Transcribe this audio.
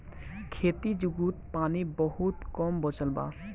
खेती जुगुत पानी बहुत कम बचल बा